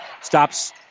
Stops